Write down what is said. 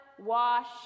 wash